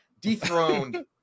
dethroned